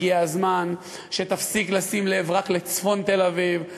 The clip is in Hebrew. הגיע הזמן שתפסיק לשים לב רק לצפון תל-אביב,